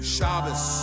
Shabbos